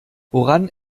woran